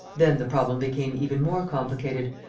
then the problem became even more complicated,